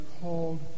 called